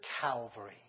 Calvary